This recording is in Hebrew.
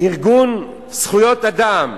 ארגון זכויות אדם,